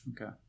Okay